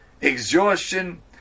exhaustion